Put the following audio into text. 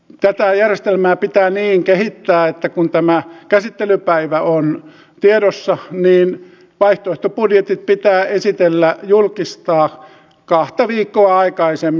tätä järjestelmää pitää kehittää niin että kun tämä käsittelypäivä on tiedossa niin vaihtoehtobudjetit pitää esitellä julkistaa kahta viikkoa aikaisemmin